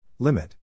Limit